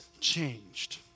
changed